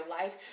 life